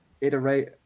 Iterate